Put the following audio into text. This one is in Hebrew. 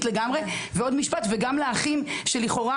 לגמרי ועוד משפט וגם לאחים שלכאורה,